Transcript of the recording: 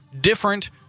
different